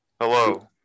Hello